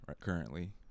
currently